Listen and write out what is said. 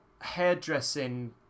hairdressing